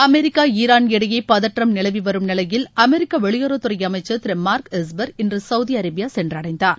America Iran இடையே பதற்றம் நிலவிவரும் நிலையில் அமெரிக்க வெளியுறவுத்துறை அமைச்சர் திரு மார்க் எஸ்பர் இன்று சவுதி அரேபியா சென்றடைந்தார்